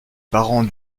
parents